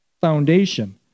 foundation